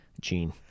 Gene